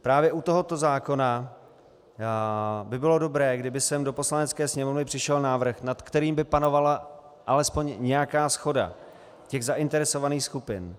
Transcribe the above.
Právě u tohoto zákona by bylo dobré, kdyby sem do Poslanecké sněmovny přišel návrh, nad kterým by panovala alespoň nějaká shoda těch zainteresovaných skupin.